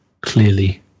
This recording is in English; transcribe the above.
clearly